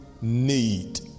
need